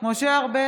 משה ארבל,